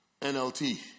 NLT